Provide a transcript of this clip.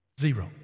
Zero